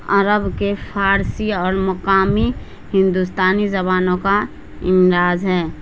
عرب کے فارسی اور مقامی ہندوستانی زبانوں کا امتزاج ہے